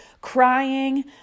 crying